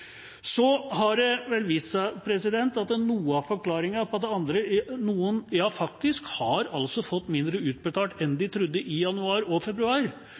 Så har det vel vist seg at noe av forklaringen på at noen faktisk har fått mindre utbetalt enn de trodde, i januar og februar,